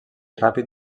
ràpid